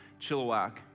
Chilliwack